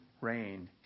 rain